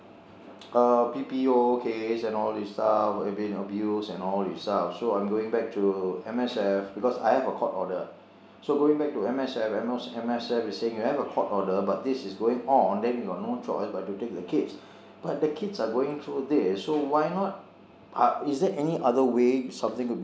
uh p p o case and all these stuff been abused and all these stuff so I am going back to M_S_F because I have a court order so going back to M_S_F M_S_F is saying you have a court order but this is going on then we got no choice but to take the kids but the kids are going through this so why not ah is there any other way for something to